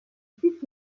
puisse